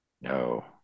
No